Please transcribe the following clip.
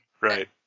Right